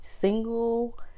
single